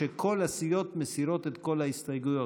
שכל הסיעות מסירות את כל ההסתייגויות.